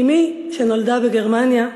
אמי, שנולדה בגרמניה,